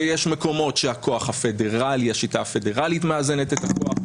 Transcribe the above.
ויש מקומות שהשיטה הפדרלית מאזנת את הכוח,